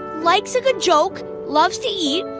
likes a good joke, loves to eat,